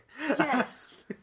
yes